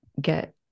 get